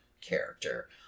character